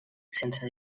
sense